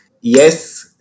yes